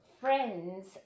friends